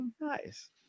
nice